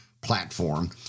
platform